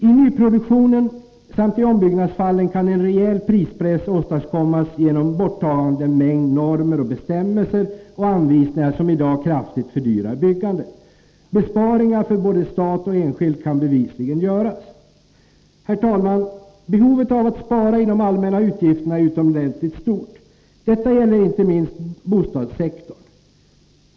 I nyproduktionen samt i ombyggnadsfallen kan en rejäl prispress åstad kommas genom borttagandet av en mängd normer, bestämmelser och — Nr 11 anvisningar som i dag kraftigt fördyrar byggandet. Besparingar för både 5 ell Torsdagen den staten och enskilda kan bevisligen göras. 20 oktober 1983 Herr talman! Behovet av att spara i det allmännas utgifter är utomordentligt stort. Detta gäller inte minst bostadssektorn.